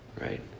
Right